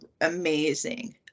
amazing